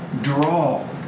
draw